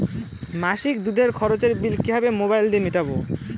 মাসিক দুধের খরচের বিল কিভাবে মোবাইল দিয়ে মেটাব?